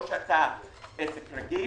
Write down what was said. או אתה עסק רגיל